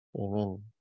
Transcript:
Amen